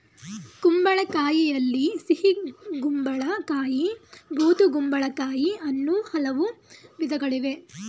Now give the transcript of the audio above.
ಕುಂಬಳಕಾಯಿಯಲ್ಲಿ ಸಿಹಿಗುಂಬಳ ಕಾಯಿ ಬೂದುಗುಂಬಳಕಾಯಿ ಅನ್ನೂ ಹಲವು ವಿಧಗಳಿವೆ